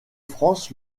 france